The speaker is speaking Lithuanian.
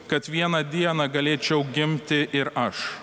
kad vieną dieną galėčiau gimti ir aš